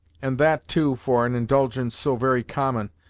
and that too for an indulgence so very common,